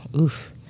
oof